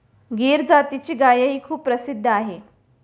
गीर जातीची गायही खूप प्रसिद्ध आहे